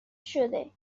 شده